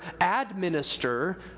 administer